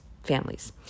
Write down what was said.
families